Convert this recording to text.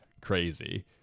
crazy